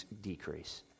decrease